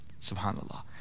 SubhanAllah